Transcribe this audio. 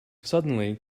suddenly